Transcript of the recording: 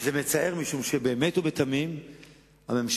זה מצער, משום שבאמת ובתמים הממשלה,